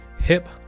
Hip